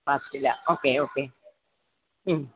ഫാസ്റ്റിലാണ് okay okay മ്